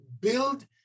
build